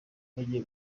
bagiye